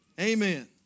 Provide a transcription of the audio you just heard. Amen